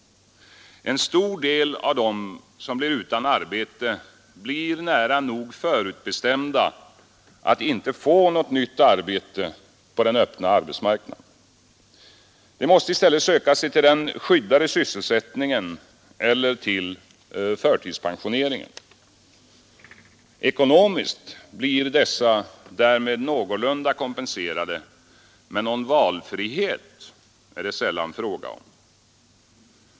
En stor del av dem som blir utan arbete är nära nog förutbestämda för att inte få något nytt arbete på den öppna arbetsmarknaden. De måste i stället söka sig till den skyddade sysselsättningen eller förtidspensioneras. Ekonomiskt blir de därmed någorlunda kompenserade. Men någon valfrihet är det sällan fråga om.